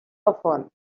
often